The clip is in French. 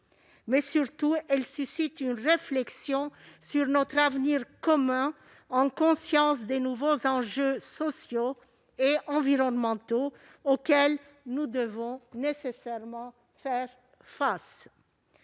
Surtout, elle suscite une réflexion sur notre avenir commun, avec la conscience des nouveaux enjeux sociaux et environnementaux auxquels nous devons nécessairement faire face.